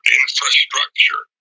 infrastructure